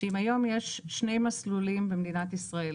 שאם היום יש שני מסלולים במדינת ישראל,